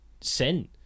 sin